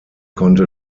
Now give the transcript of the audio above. konnte